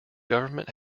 government